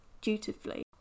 dutifully